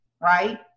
right